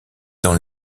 dans